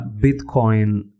Bitcoin